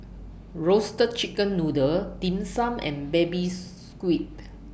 Roasted Chicken Noodle Dim Sum and Baby Squid